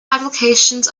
applications